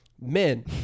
men